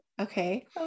okay